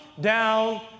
down